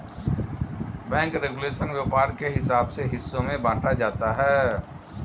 bank regulation व्यापार के हिसाब से हिस्सों में बांटा जाता है